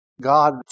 God